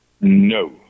No